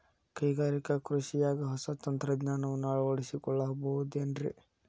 ಕೈಗಾರಿಕಾ ಕೃಷಿಯಾಗ ಹೊಸ ತಂತ್ರಜ್ಞಾನವನ್ನ ಅಳವಡಿಸಿಕೊಳ್ಳಬಹುದೇನ್ರೇ?